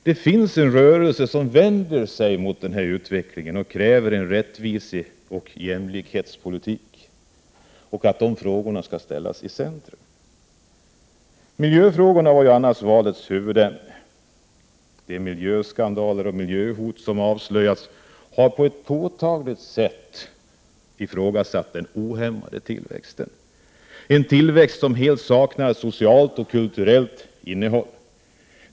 Det finns en rörelse som vänder sig mot den här utvecklingen och kräver att rättviseoch jämlikhetsfrågorna skall ställas i centrum i svensk politik. Miljöfrågorna var annars valets huvudämne. De miljöskandaler och miljöhot som avslöjats har på ett påtagligt sätt ifrågasatt den ohämmade tillväxten, en tillväxt som helt saknar socialt och kulturellt innehåll.